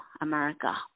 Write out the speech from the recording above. America